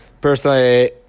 Personally